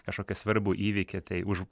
kažkokį svarbų įvykį tai už